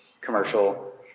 commercial